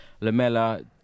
Lamella